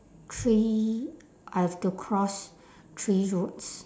three I have to cross three roads